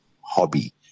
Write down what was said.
hobby